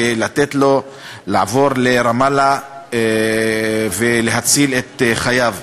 ולתת לו לעבור לרמאללה ולהציל את חייו.